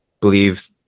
believe